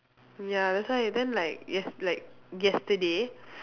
ya that's why then like yes like yesterday